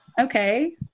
Okay